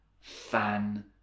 fan